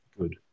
Good